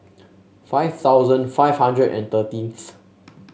five thousand five hundred and thirteenth